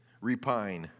Repine